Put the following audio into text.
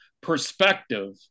perspective